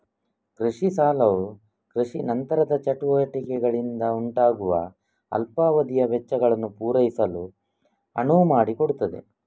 ಕೃಷಿ ಸಾಲವು ಕೃಷಿ ನಂತರದ ಚಟುವಟಿಕೆಗಳಿಂದ ಉಂಟಾಗುವ ಅಲ್ಪಾವಧಿಯ ವೆಚ್ಚಗಳನ್ನು ಪೂರೈಸಲು ಅನುವು ಮಾಡಿಕೊಡುತ್ತದೆ